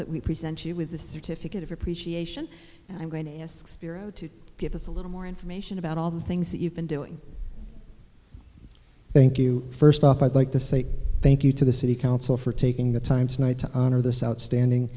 that we present you with a certificate of appreciation and i'm going to ask spiro to give us a little more information about all the things that you've been doing thank you first off i'd like to say thank you to the city council for taking the time tonight to honor this outstanding